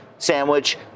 sandwich